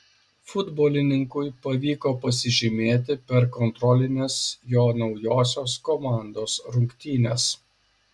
futbolininkui pavyko pasižymėti per kontrolines jo naujosios komandos rungtynes